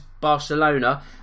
Barcelona